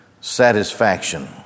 satisfaction